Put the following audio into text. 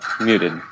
muted